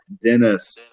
Dennis